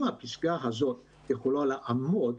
אם הפסגה הזאת יכולה לעמוד,